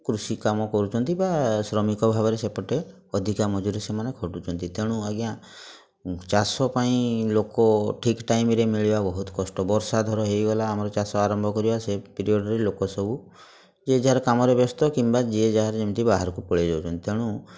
କୃଷି କାମ କରୁଛନ୍ତି ବା ଶ୍ରମିକ ଭାବରେ ସେପଟେ ଅଧିକା ମଜୁରି ସେମାନେ ଖଟୁଛନ୍ତି ତେଣୁ ଆଜ୍ଞା ଚାଷ ପାଇଁ ଲୋକ ଠିକ୍ ଟାଇମ୍ରେ ମିଳିବା ବହୁତ କଷ୍ଟ ବର୍ଷା ଧର ହେଇଗଲା ଆମର ଚାଷ ଆରମ୍ଭ କରିବା ସେହି ପିରିୟଡ଼୍ରେ ଲୋକ ସବୁ ଯିଏ ଯାହାର କାମରେ ବ୍ୟସ୍ତ କିମ୍ବା ଯିଏ ଯାହାର ଯେମିତି ବାହାରକୁ ପଳେଇ ଯାଉଛନ୍ତି ତେଣୁ